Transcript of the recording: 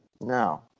No